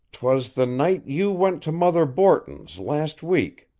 twas the night you went to mother borton's last week.